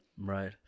Right